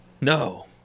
No